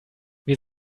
wir